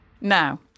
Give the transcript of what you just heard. Now